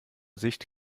sicht